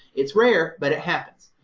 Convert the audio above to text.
it's rare, but it happens.